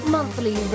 Monthly